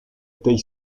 theil